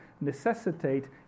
necessitate